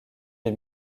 des